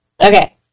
Okay